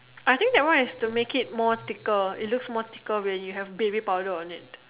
I think that one is the make it more thicker it looks more thicker when you have baby powder on it